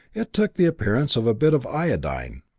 it took the appearance of a bit of iodine.